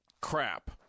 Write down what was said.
crap